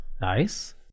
nice